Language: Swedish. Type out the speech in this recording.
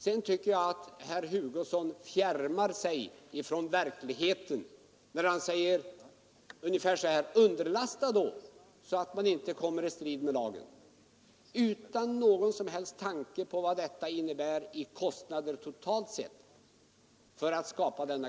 Jag tycker att herr Hugosson fjärmar sig från verkligheten, när han utan någon som helst tanke på vad det totalt sett kostar att skapa denna garanti säger att man skall underlasta så att man inte kommer i strid med lagen.